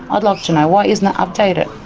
i'd like to know, why isn't that updated?